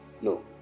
No